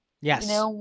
Yes